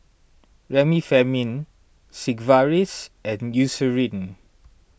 Remifemin Sigvaris and Eucerin